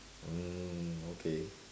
mm okay